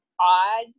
odd